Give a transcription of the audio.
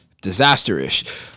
disaster-ish